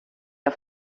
auf